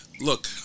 Look